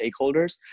stakeholders